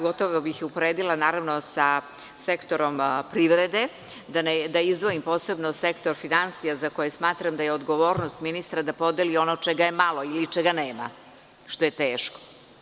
Gotovo bih je uporedila sa sektorom privrede, da izdvojim posebno sektor finansija za koji smatram da je odgovornost ministra ono čega je malo ili čega nema, što je teško.